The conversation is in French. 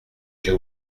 j’ai